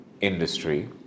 industry